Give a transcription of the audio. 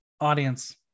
Audience